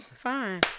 fine